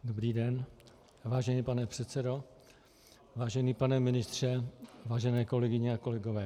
Dobrý den, vážený pane předsedo, vážený pane ministře, vážené kolegyně a kolegové.